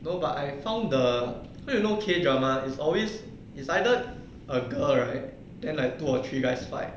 though but I found the wait no change drama is always is either a girl right then like two or three guys fight